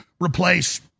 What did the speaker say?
replace